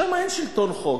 שמה אין שלטון חוק.